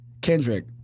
Kendrick